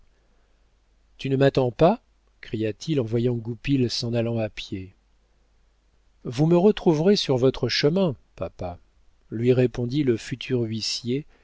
tu ne m'attends pas cria-t-il en voyant goupil s'en allant à pied vous me retrouverez sur votre chemin papa lui répondit le futur huissier